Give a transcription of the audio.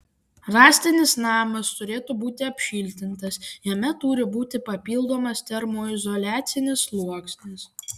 rąstinis namas turėtų būti apšiltintas jame turi būti papildomas termoizoliacinis sluoksnis